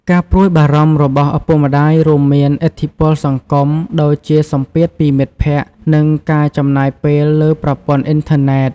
ការព្រួយបារម្ភរបស់ឪពុកម្តាយរួមមានឥទ្ធិពលសង្គម ដូចជាសម្ពាធពីមិត្តភក្តិ និងការចំណាយពេលលើប្រព័ន្ធអ៊ីនធឺណិត។